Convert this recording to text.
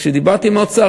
כשדיברתי עם האוצר,